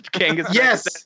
Yes